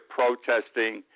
protesting